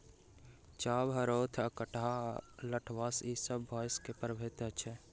चाभ, हरोथ, कंटहा आ लठबाँस ई सब बाँसक प्रभेद अछि